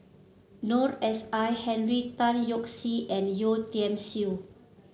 Noor S I Henry Tan Yoke See and Yeo Tiam Siew